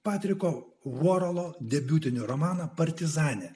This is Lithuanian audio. patriko vuorolo debiutinį romanį partizanė